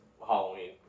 Halloween